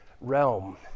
realm